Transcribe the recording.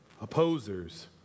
opposers